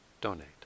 donate